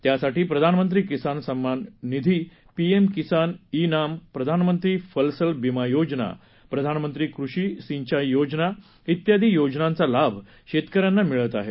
त्यासाठी प्रधानमंत्री किसान सम्मान निधी पीएम किसान ई नाम प्रधानमंत्री फलसल बिमा योजना प्रधानमंत्री कृषि सिंचाई योजना इत्यादी योजनांचा लाभ शेतकऱ्यांना मिळत आहे